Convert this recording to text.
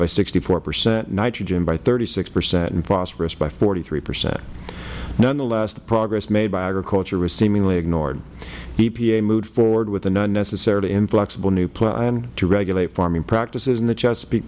by sixty four percent nitrogen by thirty six percent and phosphorus by forty three percent nonetheless the progress made by agriculture was seemingly ignored epa moved forward with an unnecessarily inflexible new plan to regulate farming practices in the chesapeake